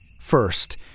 First